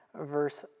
verse